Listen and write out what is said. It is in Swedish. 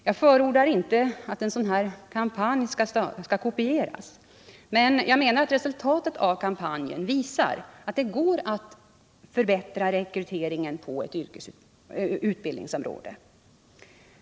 Jag förordar inte att en sådan kampanj skall kopieras. Men jag menar att resultatet av kampanjen visar att det går att förbättra rekryteringen till ett utbildningsområde.